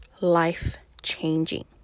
life-changing